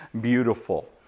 beautiful